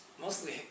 mostly